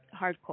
Hardcore